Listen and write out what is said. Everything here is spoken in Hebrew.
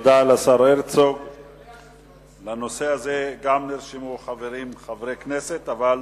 גם לנושא הזה נרשמו חברי כנסת, אבל